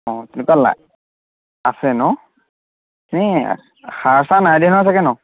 অঁ কিবা লা আছে ন সাৰ চাহ নাই দিয়া নহয় ছাগৈ ন